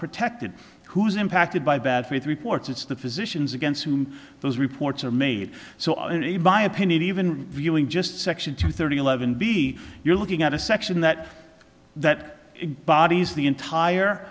protected who's impacted by bad faith reports it's the physicians against whom those reports are made so by opinion even viewing just section two thirty eleven b you're you've got a section that that bodies the